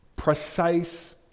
precise